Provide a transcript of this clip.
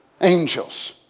angels